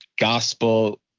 gospel